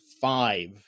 five